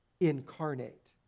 Incarnate